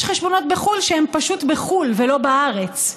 יש חשבונות בחו"ל שהם פשוט בחו"ל ולא בארץ.